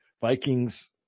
Vikings